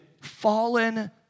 fallen